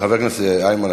חבר הכנסת איימן,